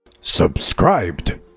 Subscribed